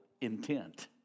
intent